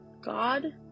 God